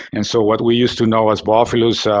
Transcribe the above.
and so what we used to know as boophilus,